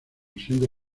siendo